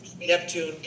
neptune